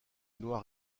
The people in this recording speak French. noir